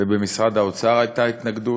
ובמשרד האוצר הייתה התנגדות,